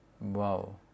Wow